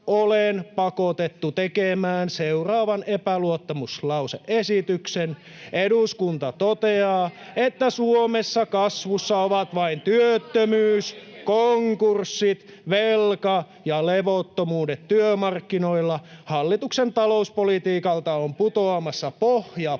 olen pakotettu tekemään seuraavan epäluottamuslause-esityksen: "Eduskunta toteaa, että Suomessa kasvussa ovat vain työttömyys, konkurssit, velka ja levottomuudet työmarkkinoilla. Hallituksen talouspolitiikalta on putoamassa pohja pois,